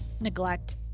neglect